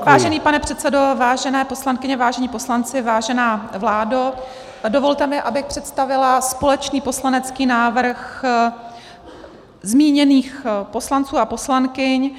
Vážený pane předsedo, vážené poslankyně, vážení poslanci, vážená vládo, dovolte mi, abych představila společný poslanecký návrh zmíněných poslanců a poslankyň.